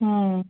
हम्म